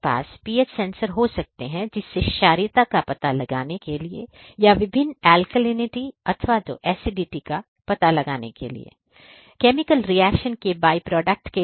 आपके पास pH sensor हो सकते हैं क्षारीयता का पता लगाने के लिए या विभिन्न अल्कलिनिटी अथवा तो एसिडिटी या फिर केमिकल रिएक्शन की बाय प्रोडक्ट